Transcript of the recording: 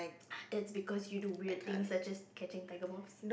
that's because you do weird things such as catching tiger moths